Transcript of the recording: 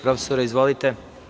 Profesore izvolite.